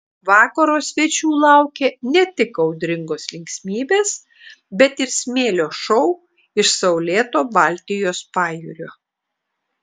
vakaro svečių laukė ne tik audringos linksmybės bet ir smėlio šou iš saulėto baltijos pajūrio